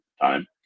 time